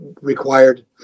required